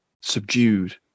subdued